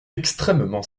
extrêmement